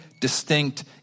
distinct